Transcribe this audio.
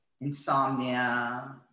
insomnia